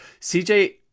CJ